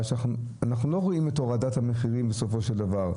אנחנו לא רואים את הורדת המחירים בסופו של דבר.